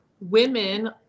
women